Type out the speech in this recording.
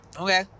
Okay